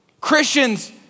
Christians